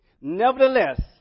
Nevertheless